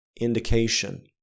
indication